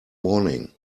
morning